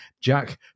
Jack